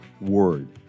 word